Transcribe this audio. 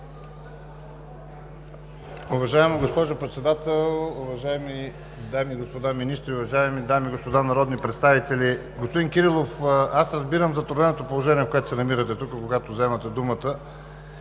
Уважаема госпожо Председател, уважаеми дами и господа министри, уважаеми дами и господа народни представители! Господин Кирилов, аз разбирам затрудненото положение, в което се намирате тук, когато вземате думата